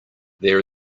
there